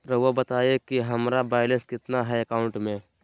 रहुआ बताएं कि हमारा बैलेंस कितना है अकाउंट में?